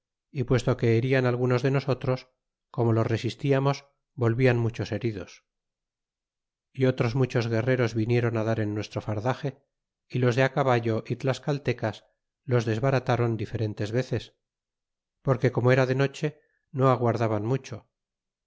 y puesto que herian algunos de nosotros como los resistiamos volvian muchos heridos e otros muchos guerreros vinieron dar en nuestro fardaxe é los de caballo é tlascaltecas los desbaratáron diferentes veces porque como era de noche no aguardaban mucho